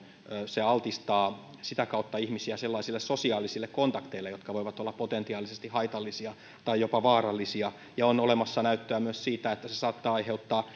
se altistaa sitä kautta ihmisiä sellaisille sosiaalisille kontakteille jotka voivat olla potentiaalisesti haitallisia tai jopa vaarallisia on olemassa näyttöä myös siitä että se saattaa aiheuttaa